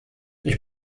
ich